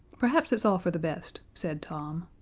perhaps it's all for the best, said tom.